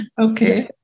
Okay